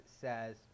says